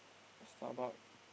Starbuck